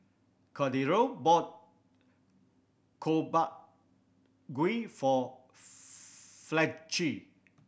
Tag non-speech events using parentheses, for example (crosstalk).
Cordero bought (unintelligible) gui for (unintelligible) Fletcher